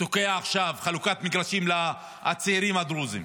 תוקע עכשיו: חלוקת מגרשים לצעירים הדרוזים.